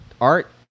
art